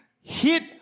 hit